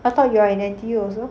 I thought you are in N_T_U also